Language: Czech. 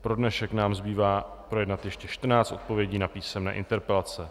Pro dnešek nám zbývá projednat ještě 14 odpovědí na písemné interpelace.